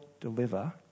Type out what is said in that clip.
deliver